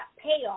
payoff